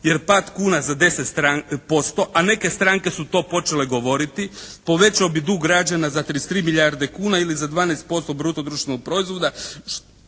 jer pad kuna za 10% a neke stranke su to počele govoriti povećao bi dug građana za 33 milijarde kuna ili za 12% bruto društvenog proizvoda